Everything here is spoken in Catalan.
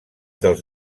dels